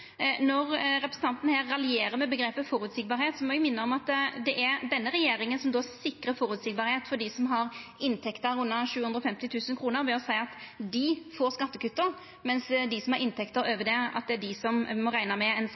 Når representanten her raljerer med omgrepet «forutsigbarhet», må eg minna om at det er denne regjeringa som sikrar at det er føreseieleg for dei som har inntekter under 750 000 kr ved å seia at dei får skattekutta, mens dei som har inntekter over det, må rekna med ei skatteskjerping. Når det